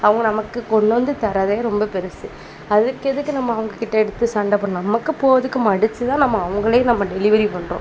அவங்க நமக்கு கொண்டு வந்து தர்றதே ரொம்ப பெருசு அதுக்கு எதுக்கு நம்ம அவங்ககிட்ட எடுத்து சண்டை போடடணும் நமக்கு போகிறதுக்கு மடிச்சு தான் நம்ம அவங்களே நம்ம டெலிவரி பண்ணுறோம்